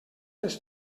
les